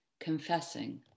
confessing